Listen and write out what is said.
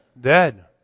dead